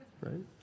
right